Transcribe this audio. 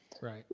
Right